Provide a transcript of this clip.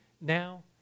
now